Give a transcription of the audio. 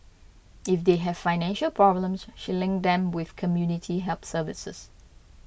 if they have financial problems she link them with community help services